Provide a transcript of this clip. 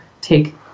take